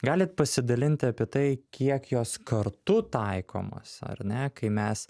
galit pasidalinti apie tai kiek jos kartu taikomos ar ne kai mes